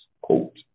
quote